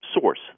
source